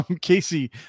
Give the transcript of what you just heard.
Casey